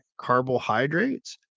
carbohydrates